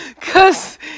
Cause